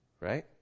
Right